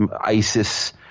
ISIS